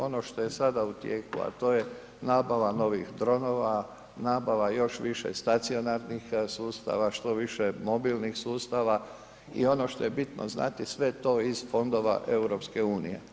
Ono što je sada u tijeku, to je nabava novih dronova, nabava još više stacionarnih sustava, što više mobilnih sustava i ono što je bitno znati sve to iz fondova EU.